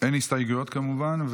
אין הסתייגויות, כמובן.